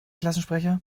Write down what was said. klassensprecher